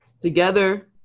together